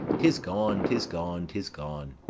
tis gone, tis gone, tis gone!